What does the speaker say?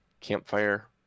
campfire